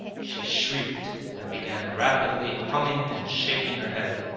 she shrieked and began rapidly humming and shaking her head.